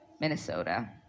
Minnesota